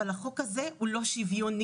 אבל החוק הזה הוא לא שוויוני.